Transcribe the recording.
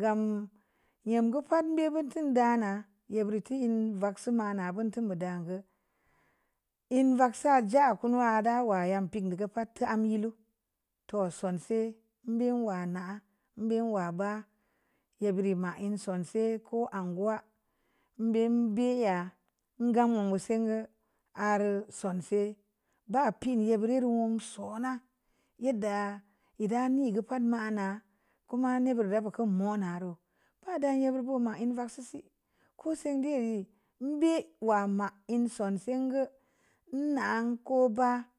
gam nyem gə pa'at dēm butu dana ye biri te ən vaksi ma na buntu muda gə ən vaksa ja unu'a da'a wa yam piin dōō gə pa'at am ye lu tōō sansē mbē wa nah āā mbē wa ba'a ye birri ma ən sonsē ko angwa mbēn bi'aya ngam bu sengə areu son sē ba pi'ən nye bii reureu wung sona yeddə ē dani gə pa'at ma na koma nii buga bu gə mao na reu ba dan ye bō buma en vaksiisi kō senndi reumbē wama ən sonsē ngə nna ko ba da.